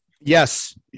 Yes